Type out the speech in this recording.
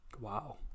Wow